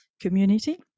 community